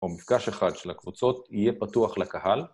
או מפגש אחד של הקבוצות יהיה פתוח לקהל.